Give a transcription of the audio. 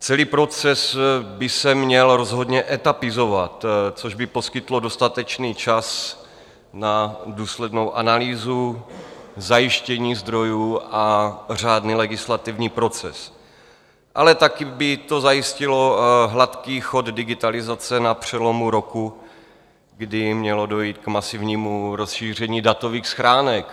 Celý proces by se měl rozhodně etapizovat, což by poskytlo dostatečný čas na důslednou analýzu, zajištění zdrojů a řádný legislativní proces, ale taky by to zajistilo hladký chod digitalizace na přelomu roku, kdy mělo dojít k masivnímu rozšíření datových schránek.